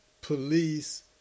police